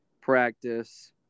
practice